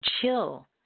chill